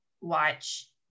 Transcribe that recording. watch